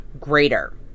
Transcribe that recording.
greater